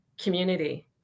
community